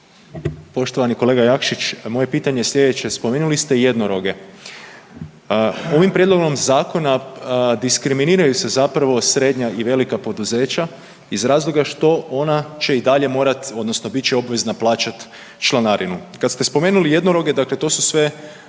Poštovani kolega Jakšić, moje pitanje je slijedeće. Spominjali ste jednoroge, ovim prijedlogom zakona diskriminiraju se zapravo srednja i velika poduzeća iz razloga što ona će i dalje morati odnosno bit će obvezna plaćat članarinu. Kad ste spomenuli jednoroge dakle to su sve